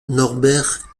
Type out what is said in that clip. norbert